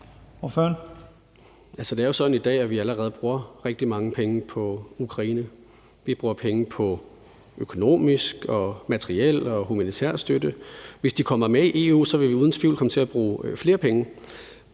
Det er jo sådan i dag, at vi allerede bruger rigtig mange penge på Ukraine. Vi bruger penge på økonomisk og materiel og humanitær støtte. Hvis de kommer med i EU, vil vi uden tvivl komme til at bruge flere penge.